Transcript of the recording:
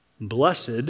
Blessed